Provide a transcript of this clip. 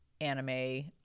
anime